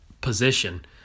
position